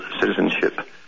citizenship